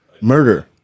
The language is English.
murder